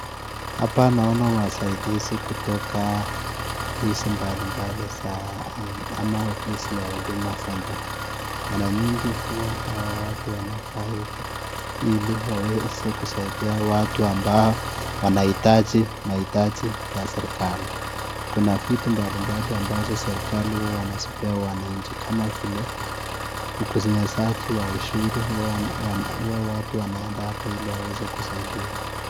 Hapa naona wasaidizi kutoka ofisi mbalimbali za ama ofisi za huduma center mara nyingi huwa hawa watu wanavaa hivi ili waweze kusaidia watu ambao wanaitaji mahitaji ya serikali vitu mbali mbali wanazozipea wanaichi kama vile uwekezaji wa ishuru huwa watu wanaenda hapa ili waweze kusaidiwa.